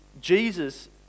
Jesus